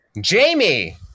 Jamie